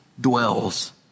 dwells